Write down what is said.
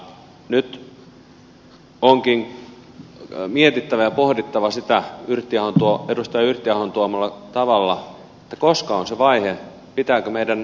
nyt onkin mietittävä ja pohdittava edustaja yrttiahon tuomalla tavalla sitä koska on se vaihe pitääkö meidän vetäytyä pois